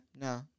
no